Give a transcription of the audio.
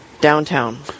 downtown